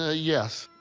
ah yes.